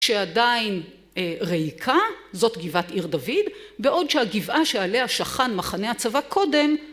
שעדיין ריקה, זאת גבעת עיר דוד, בעוד שהגבעה שעליה שכן מחנה הצבא קודם